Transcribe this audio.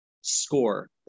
score